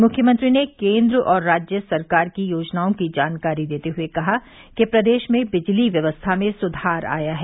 मुख्यमंत्री ने केंद्र और राज्य सरकार की योजनाओं की जानकारी देते हुए कहा कि प्रदेश में बिजली व्यवस्था में सुधार आया है